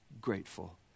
grateful